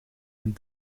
een